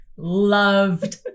loved